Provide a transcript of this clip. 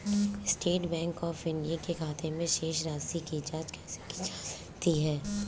State Bank of India के खाते की शेष राशि की जॉंच कैसे की जा सकती है?